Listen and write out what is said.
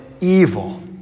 evil